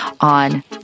on